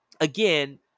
again